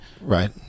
Right